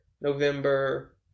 November